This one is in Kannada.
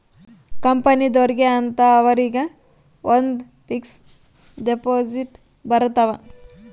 ಕಂಪನಿದೊರ್ಗೆ ಅಂತ ಅವರಿಗ ಒಂದ್ ಫಿಕ್ಸ್ ದೆಪೊಸಿಟ್ ಬರತವ